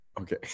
Okay